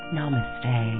Namaste